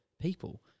people